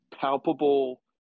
palpable